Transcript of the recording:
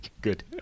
Good